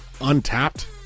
untapped